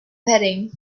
bedding